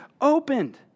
opened